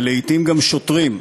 ולעתים גם שוטרים,